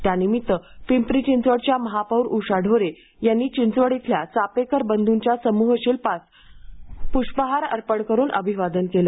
त्यानिमित्त पिंपरी चिंचवडच्या महापौर उषा ढोरे यांनी चिंचवड इथल्या चापेकर बंधूंच्या समूह शिल्पास पुष्पहार अर्पण करून अभिवादन केले